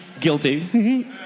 Guilty